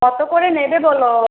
কত করে নেবে বলো